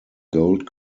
gold